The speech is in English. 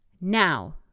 Now